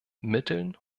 mitteln